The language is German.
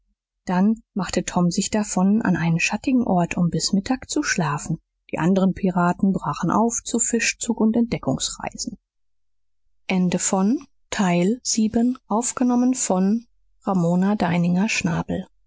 dann machte tom sich davon an einen schattigen ort um bis mittag zu schlafen die anderen piraten brachen auf zu fischzug und entdeckungsreisen